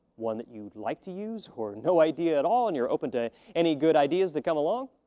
one that you'd like to use? or no idea at all and you're open to any good ideas that come along?